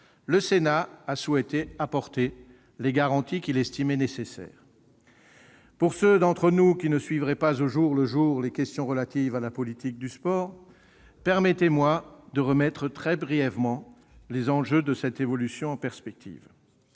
le Sénat a souhaité apporter les garanties qu'il estimait nécessaires. Pour ceux d'entre nous qui ne suivraient pas au jour le jour les questions relatives à la politique du sport, permettez-moi de remettre très brièvement en perspective les enjeux de cette évolution. Premièrement,